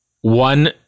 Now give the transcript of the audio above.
one